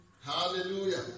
Hallelujah